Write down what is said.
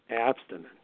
abstinent